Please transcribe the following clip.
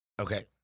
Okay